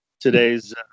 Today's